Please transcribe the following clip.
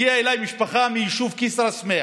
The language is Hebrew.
הגיעה אליי משפחה מהיישוב כסרא-סמיע